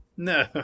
No